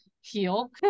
heal